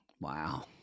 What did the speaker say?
Wow